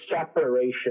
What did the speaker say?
separation